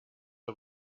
der